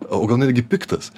o gal netgi piktas